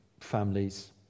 families